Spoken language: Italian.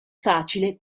facile